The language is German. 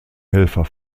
helfer